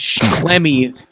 Clemmy